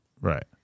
Right